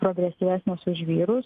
progresyvesnės už vyrus